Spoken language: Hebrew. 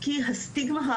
כי הסטיגמה,